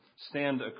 stand